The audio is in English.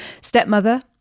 Stepmother